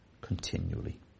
continually